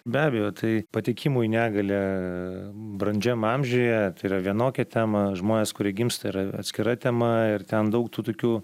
be abejo tai patekimo į negalią brandžiam amžiuje yra vienokia tema žmonės kurie gimsta yra atskira tema ir ten daug tų tokių